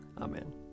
Amen